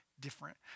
different